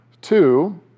Two